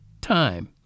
Time